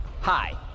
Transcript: Hi